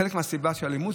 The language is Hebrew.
חלק מהסיבות זה אלימות,